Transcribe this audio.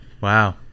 Wow